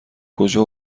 کجا